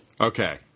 Okay